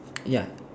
ya